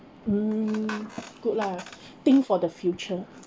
um good lah think for the future